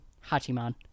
Hachiman